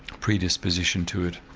predisposition to it.